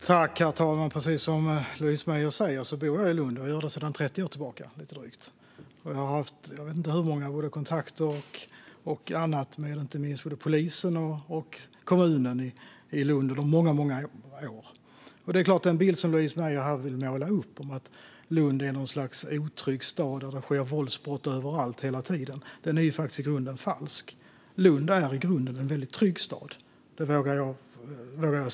Herr talman! Jag bor, precis som Louise Meijer säger, i Lund sedan drygt 30 år tillbaka. Jag vet inte hur många kontakter och annat jag har haft med både polisen och kommunen i Lund under många år. Den bild som Louise Meijer vill måla upp av Lund som något slags otrygg stad där det sker våldsbrott överallt och hela tiden är falsk. Lund är en i grunden trygg stad. Det vågar jag säga.